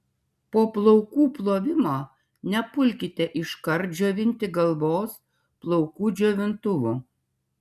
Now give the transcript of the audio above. po plaukų plovimo nepulkite iškart džiovinti galvos plaukų džiovintuvu